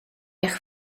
eich